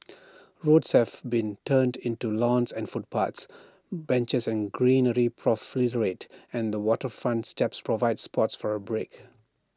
roads have been turned into lawns and footpaths benches and greenery and waterfront steps provide spots for A break